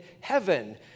heaven